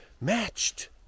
matched